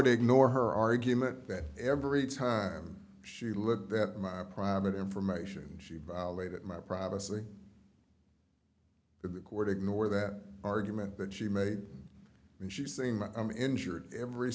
word ignore her argument that every time she looked bet my private information she violated my privacy in the court ignore that argument that she made and she same i'm injured every